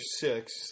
six